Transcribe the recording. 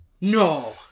No